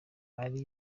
ari